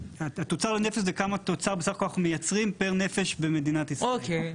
התוצר לנפש זה כמה תוצר בסך הכול אנחנו מייצרים פר נפש במדינת ישראל,